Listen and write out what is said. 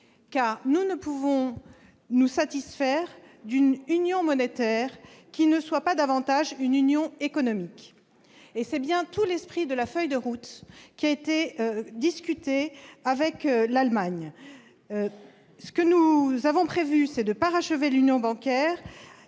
: nous ne pouvons nous satisfaire d'une union monétaire qui ne soit pas davantage une union économique. C'est tout l'esprit de la feuille de route dont nous avons discuté avec l'Allemagne. Nous avons prévu de parachever l'union bancaire,